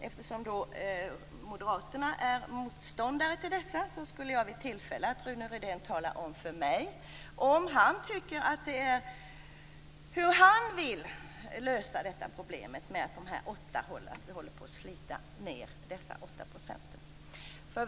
Eftersom Moderaterna är motståndare till detta skulle jag vilja att Rune Rydén vid tillfälle talar om för mig hur han vill lösa problemet med att vi håller på att slita ut dessa åtta procent kvinnliga professorer.